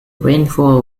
rainfall